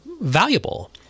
valuable